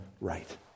right